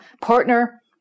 partner